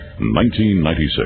1996